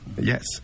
Yes